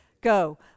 Go